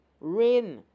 rain